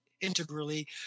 integrally